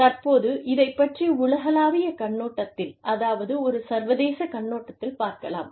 தற்போது இதைப் பற்றி உலகளாவிய கண்ணோட்டத்தில் அதாவது ஒரு சர்வதேச கண்ணோட்டத்தில் பார்க்கலாம்